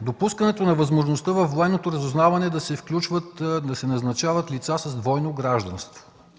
допускането на възможността във Военното разузнаване да се назначават лица с двойно гражданство.